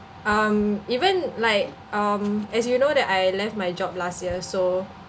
um even like um as you know that I left my job last year so